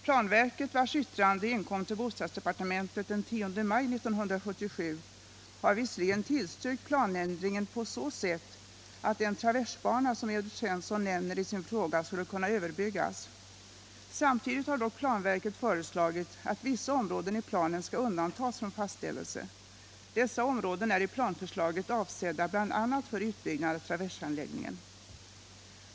Planverket — vars yttrande inkom till bostadsdepartementet den 10 maj 1977 — har visserligen tillstyrkt planändringen på så sätt att den traversbana som Evert Svensson nämner i sin fråga skulle kunna överbyggas. Samtidigt har dock planverket föreslagit att vissa områden i planen skall undantas från fastställelse. Dessa områden är i planförslaget avsedda bl.a. för utbyggnad av traversanläggningen.